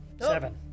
Seven